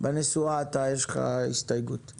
בנסועה יש לך הסתייגות,